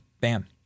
bam